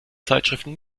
zeitschriften